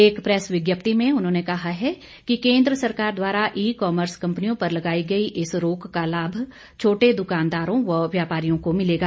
एक प्रैस विज्ञप्ति में उन्होंने कहा है कि केंद्र सरकार द्वारा ई कमर्स कंपनियों पर लगाई गई इस रोक का लाम छोटे दुकानदारों व व्यपारियों को मिलेगा